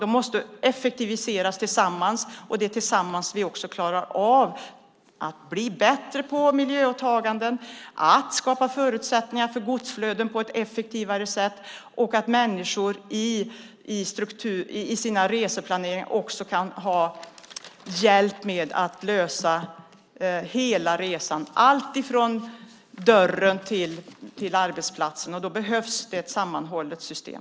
De måste effektiviseras tillsammans. Det är tillsammans vi klarar av att bli bättre på miljöåtaganden, på att skapa effektivare förutsättningar för godsflöden samt hjälpa människor att planera sina resor hela vägen hemifrån till arbetsplatsen. Då behövs det ett sammanhållet system.